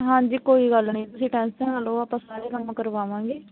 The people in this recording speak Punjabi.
ਹਾਂਜੀ ਕੋਈ ਗੱਲ ਨਹੀਂ ਤੁਸੀਂ ਟੈਂਸ਼ਨ ਨਾ ਲਓ ਆਪਾਂ ਸਾਰੇ ਕੰਮ ਕਰਵਾਵਾਂਗੇ